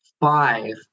five